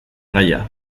gaia